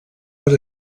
per